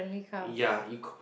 ya eco